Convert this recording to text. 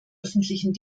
öffentlichen